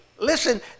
listen